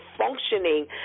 functioning